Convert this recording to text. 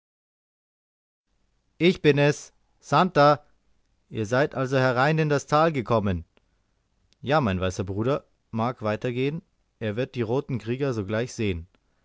ich bin es santer ihr seid also herein in das tal gekommen ja mein weißer bruder mag weitergehen er wird die roten krieger sogleich sehen